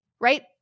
right